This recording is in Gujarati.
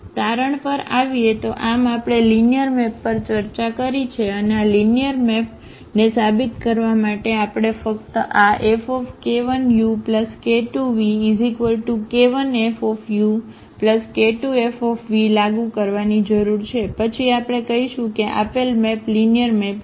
તારણ પર આવીએ તો આમ આપણે લિનિયર મેપ પર ચર્ચા કરી છે અને લિનિયર મેપ ને સાબિત કરવા માટે આપણે ફક્ત આ Fk1uk2vk1Fuk2Fv લાગુ કરવાની જરૂર છે પછી આપણે કહીશું કે આપેલ મેપ લિનિયર મેપ છે